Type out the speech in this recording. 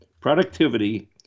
productivity